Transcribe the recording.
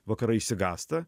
vakarai išsigąsta